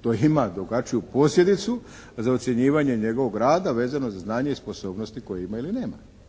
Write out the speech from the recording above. to ima drugačiju posljedicu za ocjenjivanje njegovog rada vezano za znanje i sposobnosti koje ima ili nema,